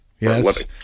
Yes